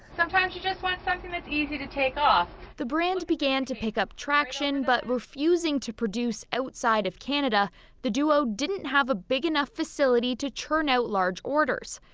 sometimes you just want something it's easy to take off. simmons the brand began to pick up traction but refusing to produce outside of canada the duo didn't have a big enough facility to churn out large orders.